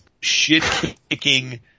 shit-kicking